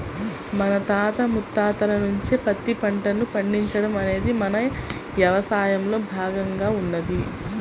మన తాత ముత్తాతల నుంచే పత్తి పంటను పండించడం అనేది మన యవసాయంలో భాగంగా ఉన్నది